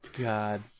God